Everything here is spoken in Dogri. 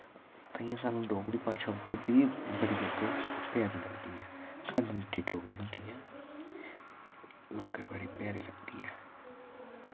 तांईयैं साह्नू डोगरी भाशा उध्दर दी बड़ी लोकें प्याकी लगदी ऐ खंड मिट्ठी डोगरी होंदी ऐ लोकें बड़ी प्यारी लगदी ऐ